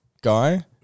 guy